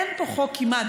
אין פה חוק כמעט,